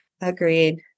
agreed